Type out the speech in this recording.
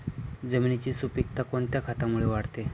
जमिनीची सुपिकता कोणत्या खतामुळे वाढते?